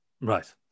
Right